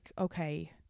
okay